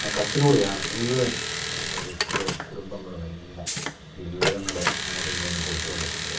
ആ കത്തുകളിലൂടെയാണ് മുഴുവൻ നമ്മുടെ വ്യക്തികളും കുടുംബങ്ങളുമെല്ലാം ഈ വിവരങ്ങള് അങ്ങോട്ടും ഇങ്ങോട്ടും കൊടുത്തുകൊണ്ടിരുന്നത്